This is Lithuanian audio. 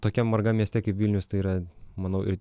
tokiam margam mieste kaip vilnius tai yra manau ir